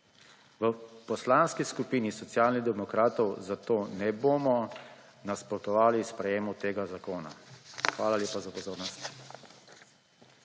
V Poslanski skupini Socialnih demokratov zato ne bomo nasprotovali sprejetju tega zakona. Hvala lepa za pozornost.